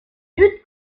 lutte